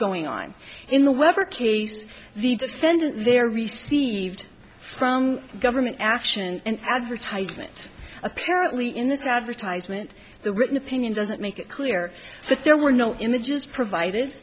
going on in the weather case the defendant there received from government action and advertisement apparently in this advertisement the written opinion doesn't make it clear that there were no images provided